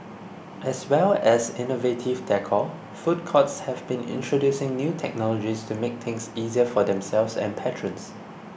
as well as innovative decor food courts have been introducing new technologies to make things easier for themselves and patrons